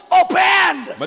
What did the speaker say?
opened